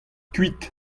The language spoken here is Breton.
kuit